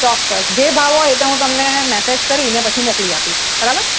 ચોક્કસ જે ભાવ હોય એ તો હું તમને મેસેજ કરીને પછી મોકલી આપીશ બરાબર